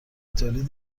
تولید